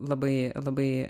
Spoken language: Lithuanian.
labai labai